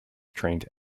trained